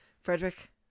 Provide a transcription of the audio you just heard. Frederick